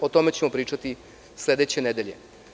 O tome ćemo pričati sledeće nedelje.